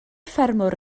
ffermwr